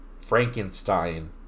Frankenstein